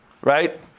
right